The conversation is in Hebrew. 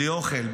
בלי אוכל,